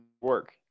work